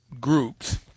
groups